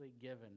given